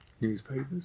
newspapers